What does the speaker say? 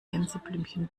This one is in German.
gänseblümchen